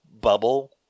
bubble